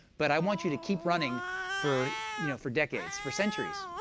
but i want you to keep running for you know for decades, for centuries.